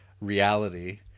Reality